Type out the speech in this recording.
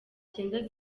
cyenda